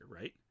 right